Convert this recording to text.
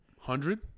hundred